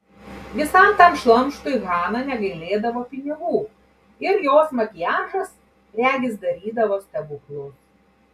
visam tam šlamštui hana negailėdavo pinigų ir jos makiažas regis darydavo stebuklus